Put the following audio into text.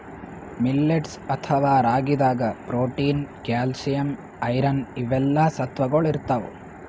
millets ಅಥವಾ ರಾಗಿದಾಗ್ protein, calcium, iron ಇವೆಲ್ಲಾ ಸತ್ವಗೊಳ್ ಇರ್ತವ್